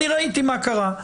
אני ראיתי מה קרה.